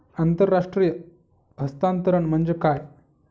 आंतरराष्ट्रीय हस्तांतरण म्हणजे काय?